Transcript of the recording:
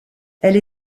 elle